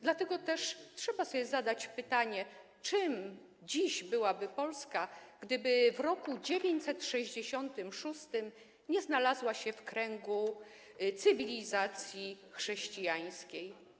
Dlatego też trzeba sobie zadać pytanie: Czym dziś byłaby Polska, gdyby w roku 966 nie znalazła się w kręgu cywilizacji chrześcijańskiej?